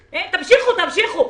תמשיכו, תמשיכו.